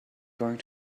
going